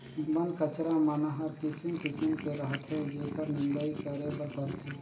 बन कचरा मन हर किसिम किसिम के रहथे जेखर निंदई करे बर परथे